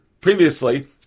Previously